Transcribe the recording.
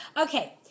Okay